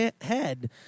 head